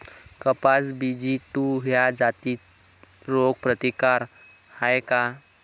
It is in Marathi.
कपास बी.जी टू ह्या जाती रोग प्रतिकारक हाये का?